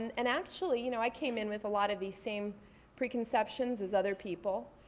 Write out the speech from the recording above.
and and actually, you know i came in with a lot of these same preconceptions as other people.